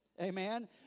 Amen